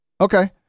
Okay